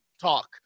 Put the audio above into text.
talk